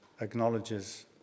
acknowledges